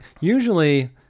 usually